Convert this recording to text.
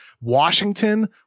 Washington